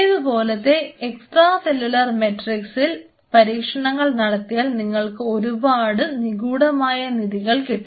ഇതുപോലത്തെ extra cellular മെട്രിക്സിൽ പരീക്ഷണങ്ങൾ നടത്തിയാൽ നിങ്ങൾക്ക് ഒരുപാട് നിഗൂഢമായ നിധികൾ കിട്ടും